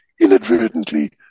inadvertently